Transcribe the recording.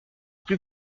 plus